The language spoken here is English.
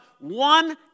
one